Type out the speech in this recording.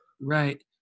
Right